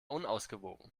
unausgewogen